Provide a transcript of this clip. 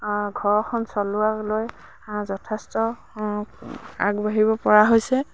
ঘৰখন চলোৱা লৈ যথেষ্ট আগবাঢ়িব পৰা হৈছে